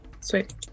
Sweet